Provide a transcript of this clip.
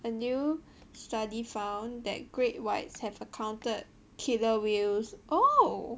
a new study found that great whites have encounted killer whales oh